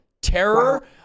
terror